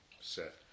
set